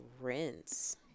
rinse